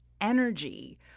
energy